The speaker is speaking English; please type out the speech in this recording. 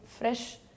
fresh